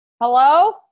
Hello